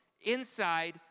inside